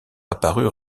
apparues